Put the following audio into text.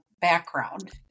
Background